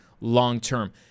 long-term